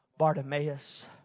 Bartimaeus